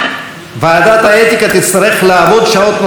ועדת האתיקה תצטרך לעבוד שעות נוספות?